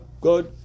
good